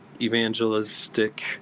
evangelistic